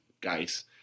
guys